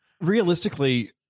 Realistically